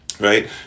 right